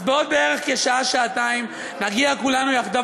אז בעוד בערך שעה-שעתיים נגיע כולנו יחדיו